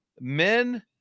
men